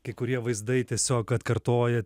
kai kurie vaizdai tiesiog atkartoja